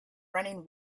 running